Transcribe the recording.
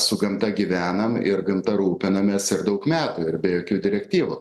su gamta gyvenam ir gamta rūpinamės ir daug metų ir be jokių direktyvų